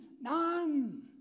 None